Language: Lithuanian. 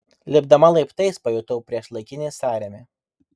lipdama laiptais pajutau priešlaikinį sąrėmį